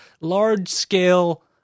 large-scale